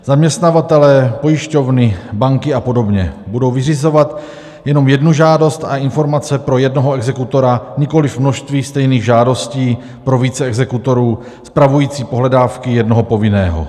Zaměstnavatelé, pojišťovny, banky a podobně budou vyřizovat jenom jednu žádost a informace pro jednoho exekutora, nikoliv množství stejných žádostí pro více exekutorů spravujících pohledávky jednoho povinného.